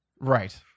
right